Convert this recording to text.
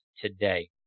today